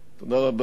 תודה רבה.